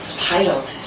Titled